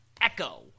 Echo